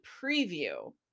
preview